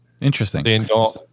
interesting